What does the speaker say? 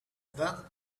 that